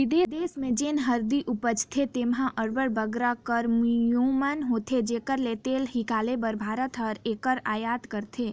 बिदेस में जेन हरदी उपजथे तेम्हें अब्बड़ बगरा करक्यूमिन होथे जेकर तेल हिंकाले बर भारत हर एकर अयात करथे